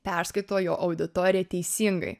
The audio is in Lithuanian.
perskaito jo auditorija teisingai